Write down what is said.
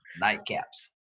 nightcaps